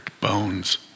bones